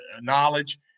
knowledge